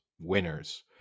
winners